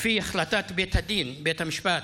לפי החלטת בית הדין, בית המשפט,